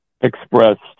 expressed